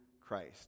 Christ